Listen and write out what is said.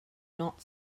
not